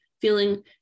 feeling